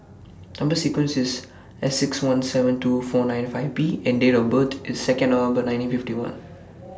Number sequence IS S six one seven two four nine five B and Date of birth IS Second November nineteen fifty one